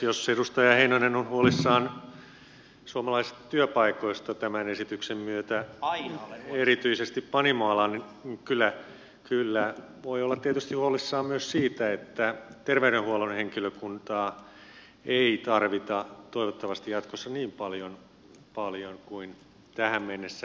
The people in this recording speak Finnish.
jos edustaja heinonen on huolissaan suomalaisista työpaikoista tämän esityksen myötä erityisesti panimoalan kyllä voi olla tietysti huolissaan myös siitä että terveydenhuollon henkilökuntaa ei tarvita toivottavasti jatkossa niin paljon kuin tähän mennessä